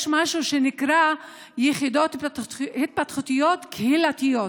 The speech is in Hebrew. יש משהו שנקרא "יחידות התפתחותיות קהילתיות",